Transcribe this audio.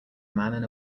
man